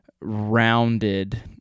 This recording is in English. rounded